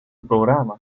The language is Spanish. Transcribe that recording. programa